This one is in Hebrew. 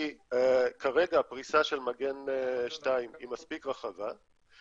כי כרגע הפריסה של מגן 2 היא מספיק רחבה.